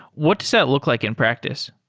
what does that look like in practice?